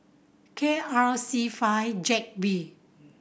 K R C five Z B